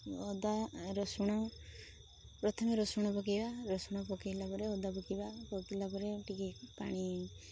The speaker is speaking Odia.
ଅଦା ରସୁଣ ପ୍ରଥମେ ରସୁଣ ପକାଇବା ରସୁଣ ପକାଇଲା ପରେ ଅଦା ପକାଇବା ପକାଇଲା ପରେ ଟିକେ ପାଣି